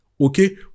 okay